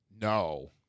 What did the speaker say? No